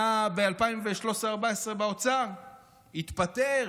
היה ב-2014-2013 באוצר והתפטר